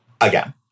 again